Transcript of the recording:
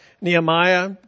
Nehemiah